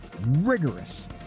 rigorous